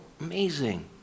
amazing